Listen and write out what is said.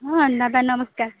ହଁ ନମସ୍କାର